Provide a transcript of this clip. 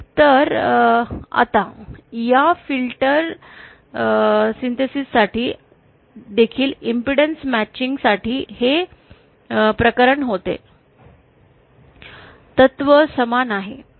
तर आता या फिल्टर संश्लेषणासाठी देखील इम्पेडन्स मॅचिंग साठी हे प्रकरण होते तत्व समान असेल